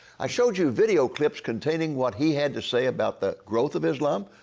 i showed you video clips containing what he had to say about the growth of islam,